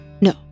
No